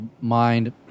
mind